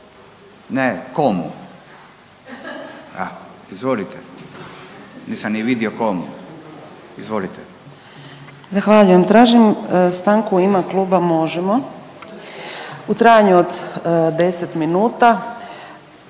Ne. Komu? A, izvolite. Nisam ni vidio komu. Izvolite./... Zahvaljujem. Tražim stanku u ime Kluba Možemo! u trajanju od 10 minuta